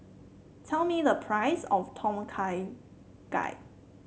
tell me the price of Tom Kha Gai